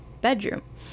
bedroom